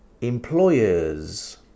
Employers